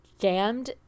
scammed